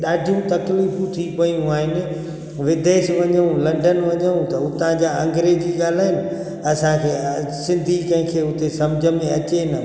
खे ॾाढियूं तकलीफ़ूं थी पियूं आहिनि विदेश वञूं लंडन वञूं त हुतां जा अंग्रेजी ॻाल्हाइनि असांखे आहे सिंधी कंहिंखे हुते सम्झ में अचे न